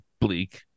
bleak